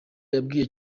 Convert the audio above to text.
yabwiye